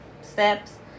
steps